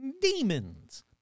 demons